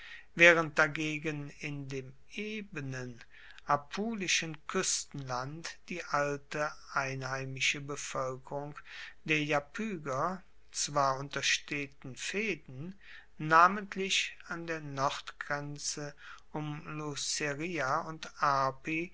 waehrend dagegen in dem ebenen apulischen kuestenland die alte einheimische bevoelkerung der iapyger zwar unter steten fehden namentlich an der nordgrenze um luceria und arpi